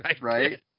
Right